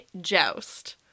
joust